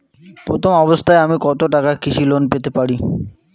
প্রথম অবস্থায় আমি কত টাকা কৃষি লোন পেতে পারি?